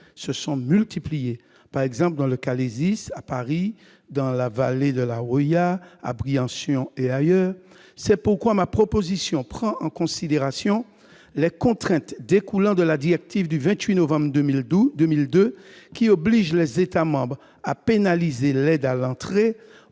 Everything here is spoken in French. se sont multipliées, par exemple dans le Calaisis, à Paris, dans la vallée de la Roya, à Briançon et ailleurs. C'est pourquoi ma proposition prend en considération les contraintes découlant de la directive du 28 novembre 2002, qui oblige les États membres à pénaliser l'aide à l'entrée,